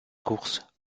course